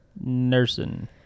Nursing